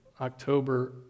October